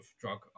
drug